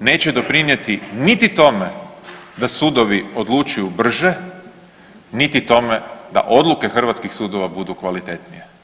neće doprinijeti niti tome da Sudovi odlučuju brže, niti tome da Odluke Hrvatskih sudova budu kvalitetnije.